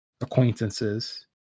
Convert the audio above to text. acquaintances